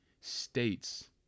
states